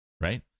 right